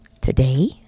Today